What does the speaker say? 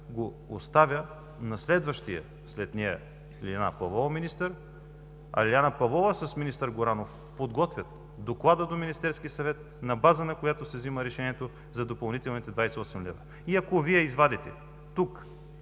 го оставя на следващия – Лиляна Павлова – министър, а Лиляна Павлова с министър Горанов подготвят доклада до Министерския съвет, на база на който се взима решението за допълнителните 28 млн. лв. И ако Вие извадите тук